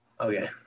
okay